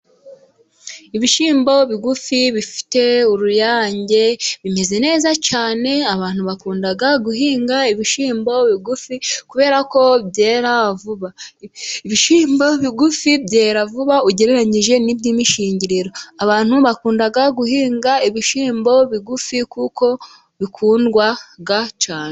Ibishyimbo bigufi bifite uruyange bimeze neza cyane, abantu bakunda guhinga ibishyimbo bigufi kubera ko byera vuba. Ibishyimbo bigufi byera vuba ugereranyije n'iby'imishingiriro, abantu bakunda guhinga ibishyimbo bigufi ,kuko bikundwa cyane.